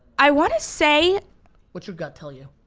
i want to say what's your gut tell you?